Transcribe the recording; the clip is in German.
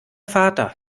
vater